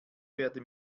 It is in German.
werde